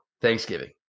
Thanksgiving